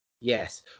Yes